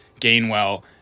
Gainwell –